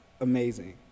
amazing